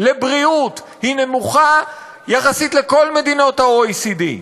על בריאות היא נמוכה יחסית לכל מדינות ה-OECD.